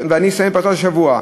ואני אסיים בפרשת השבוע: